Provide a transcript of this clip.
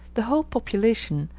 the whole population,